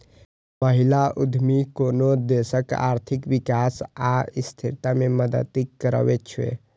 महिला उद्यमी कोनो देशक आर्थिक विकास आ स्थिरता मे मदति करै छै